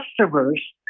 customers